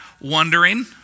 wondering